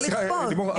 לא לכפות,